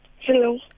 Hello